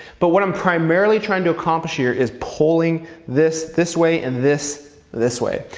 but what i'm primarily trying to accomplish here is pulling this this way and this this way.